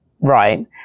right